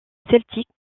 celtique